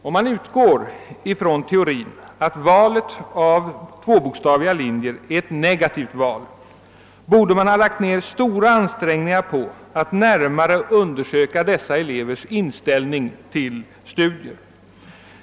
Om man utgår från teorin att valet av tvåbokstaviga linjer är ett negativt val, borde man ha gjort stora ansträng ningar för att närmare undersöka de berörda elevernas inställning till studier.